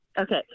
Okay